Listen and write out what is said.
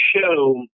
show